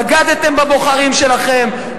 בגדתם בבוחרים שלכם,